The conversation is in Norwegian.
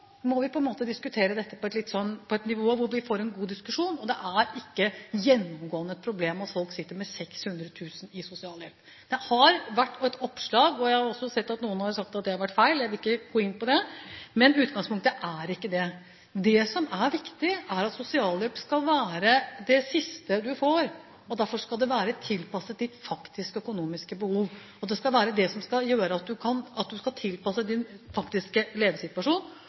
må vi på en måte diskutere dette på et nivå hvor vi får en god diskusjon. Det er ikke gjennomgående et problem at folk sitter med 600 000 kr i sosialhjelp. Det har vært oppslag – jeg har også sett at noen har sagt at det er feil, jeg vil ikke gå inn på det – men i utgangspunktet er det ikke det. Det som er viktig, er at sosialhjelp skal være det siste du får, og derfor skal det være tilpasset ditt faktiske økonomiske behov. Det skal tilpasses din faktiske levesituasjon,